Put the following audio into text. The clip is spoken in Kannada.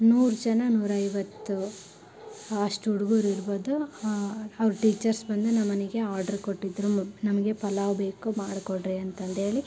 ನೂರು ಜನ ನೂರೈವತ್ತು ಅಷ್ಟು ಹುಡುಗ್ರು ಇರ್ಬೋದು ಅವ್ರು ಟೀಚರ್ಸ್ ಬಂದು ನಮ್ಮನೆಗೆ ಆಡ್ರ್ ಕೊಟ್ಟಿದ್ದರು ನಮಗೆ ಪಲಾವು ಬೇಕು ಮಾಡಿ ಕೊಡಿರಿ ಅಂತಂದೇಳಿ